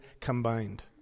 combined